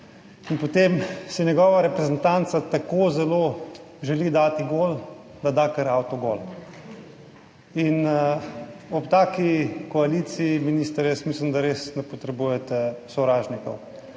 potem si njegova reprezentanca tako zelo želi dati gol, da da kar avtogol. Ob taki koaliciji, minister, mislim, da res ne potrebujete sovražnikov.